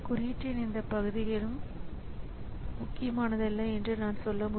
ஸிபியுவிற்க்கு வரும் அனைத்து கோரிக்கைகளும் இந்த மெமரி கண்ட்ரோலருக்கு வரவேண்டும்